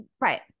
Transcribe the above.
Right